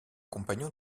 compagnon